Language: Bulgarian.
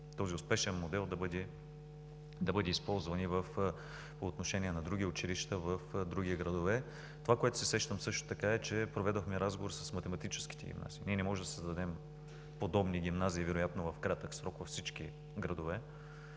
този успешен модел да бъде използван и по отношение на други училища в други градове. Това, за което се сещам е, че проведохме разговор с математическите гимназии. Ние не можем да създадем подобни гимназии вероятно в кратък срок във всички градове,